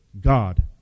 God